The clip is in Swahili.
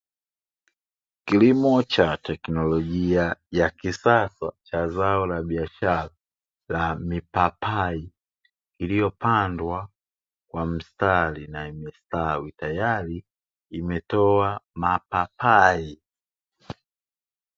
Kilimo cha teknolojia ya kisasa cha zao la biashara la mipapai, iliyopandwa kwa mstari na imestawi tayari imetoa mapapai.